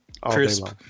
Crisp